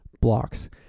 blocks